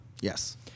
Yes